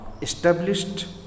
established